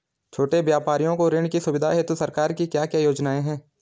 छोटे व्यापारियों को ऋण की सुविधा हेतु सरकार की क्या क्या योजनाएँ हैं?